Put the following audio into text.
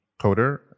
coder